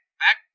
back